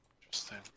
Interesting